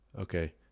Okay